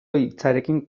hitzarekin